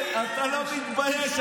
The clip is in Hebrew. אתה לא מתבייש?